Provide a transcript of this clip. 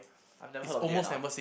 I've never heard of J_N_R